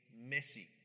messy